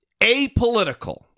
apolitical